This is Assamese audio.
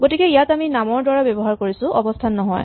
গতিকে ইয়াত আমি নামৰ দ্বাৰা ব্যৱহাৰ কৰিছো অৱস্হান নহয়